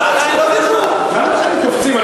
למה אתם קופצים?